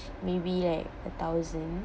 maybe like a thousand